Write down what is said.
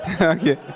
Okay